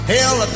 Hell